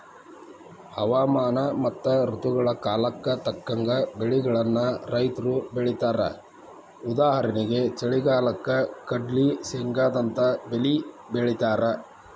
ಹವಾಮಾನ ಮತ್ತ ಋತುಗಳ ಕಾಲಕ್ಕ ತಕ್ಕಂಗ ಬೆಳಿಗಳನ್ನ ರೈತರು ಬೆಳೇತಾರಉದಾಹರಣೆಗೆ ಚಳಿಗಾಲಕ್ಕ ಕಡ್ಲ್ಲಿ, ಶೇಂಗಾದಂತ ಬೇಲಿ ಬೆಳೇತಾರ